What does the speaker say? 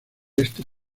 este